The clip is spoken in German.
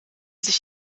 sich